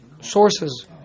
sources